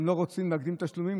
הם לא רוצים להקדים תשלומים,